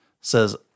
says